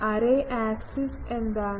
array axis എന്താണ്